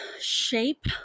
shape